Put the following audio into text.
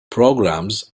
programmes